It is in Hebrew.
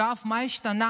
יואב, מה השתנה?